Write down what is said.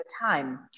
time